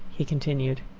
he continued,